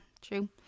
true